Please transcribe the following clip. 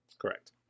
Correct